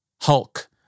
Hulk